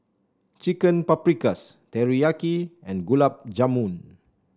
Chicken Paprikas Teriyaki and Gulab Jamun